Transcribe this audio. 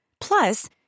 Plus